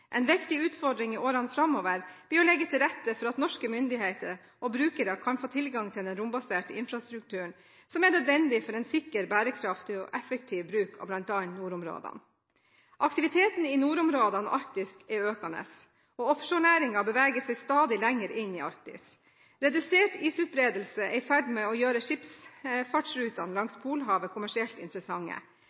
En viktig utfordring i årene framover blir å legge til rette for at norske myndigheter og brukere kan få tilgang til den rombaserte infrastrukturen som er nødvendig for en sikker, bærekraftig og effektiv bruk av bl.a. nordområdene. Aktiviteten i nordområdene og Arktis er økende, og offshorenæringen beveger seg stadig lenger inn i Arktis. Redusert isutbredelse er i ferd med å gjøre skipsfartsrutene langs Polhavet kommersielt interessante.